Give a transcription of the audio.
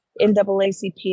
NAACP